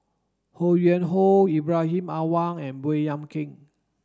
Ho Yuen Hoe Ibrahim Awang and Baey Yam Keng